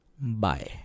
Bye